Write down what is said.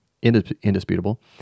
indisputable